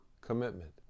commitment